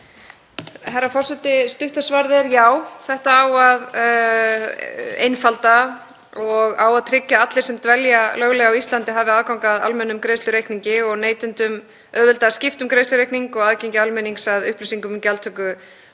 Herra forseti. Stutta svarið er já. Þetta á að einfalda og tryggja að allir sem dvelja löglega á Íslandi hafi aðgang að almennum greiðslureikningi og neytendum auðveldað að skipta um greiðslureikninga og aðgengi almennings að upplýsingum um gjaldtöku